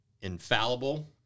infallible